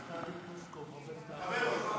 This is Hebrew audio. מכבד אותך.